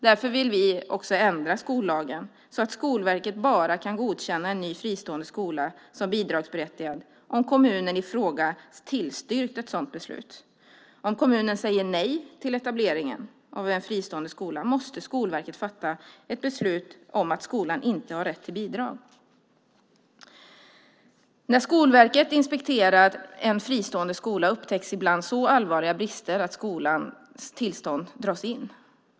Därför vill vi ändra skollagen så att Skolverket bara kan godkänna en ny fristående skola som bidragsberättigad om kommunen i fråga tillstyrkt ett sådant beslut. Om kommunen säger nej till etableringen av en fristående skola måste Skolverket fatta ett beslut om att skolan inte har rätt till bidrag. När Skolverket inspekterat en fristående skola upptäcks ibland så allvarliga brister att skolans tillstånd dras in.